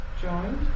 joined